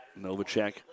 Novacek